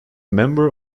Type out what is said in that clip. member